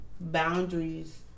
boundaries